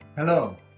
Hello